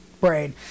brain